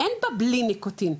אין לה בלי ניקוטין,